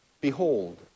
Behold